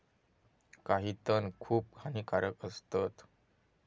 काही तण खूप हानिकारक असतत